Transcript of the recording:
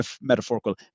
metaphorical